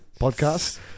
podcast